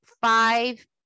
five